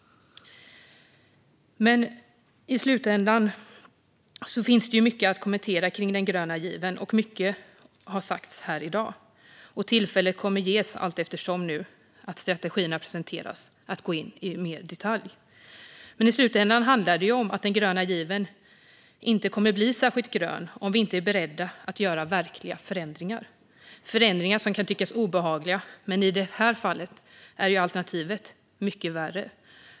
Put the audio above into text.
I slutändan finns mycket att kommentera om den gröna given. Mycket har sagts i dag. Tillfälle kommer att ges allteftersom strategierna presenteras att gå in mer i detalj. I slutändan handlar det om att den gröna given inte kommer att bli särskilt grön om vi inte är beredda att göra verkliga förändringar. Det är förändringar som kan tyckas obehagliga, men i det här fallet är alternativen mycket värre.